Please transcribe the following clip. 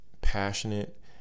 passionate